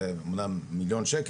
זה אמנם מיליון שקל,